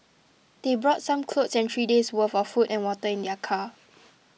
they brought some clothes and three days worth of food and water in their car